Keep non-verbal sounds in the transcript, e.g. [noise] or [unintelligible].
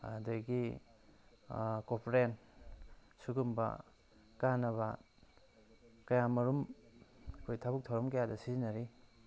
ꯑꯗꯒꯤ [unintelligible] ꯁꯤꯒꯨꯝꯕ ꯀꯥꯟꯅꯕ ꯀꯌꯥꯃꯔꯨꯝ ꯑꯩꯈꯣꯏ ꯊꯕꯛ ꯊꯧꯔꯝ ꯀꯌꯥꯗ ꯁꯤꯖꯤꯟꯅꯔꯤ